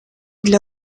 для